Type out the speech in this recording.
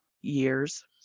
years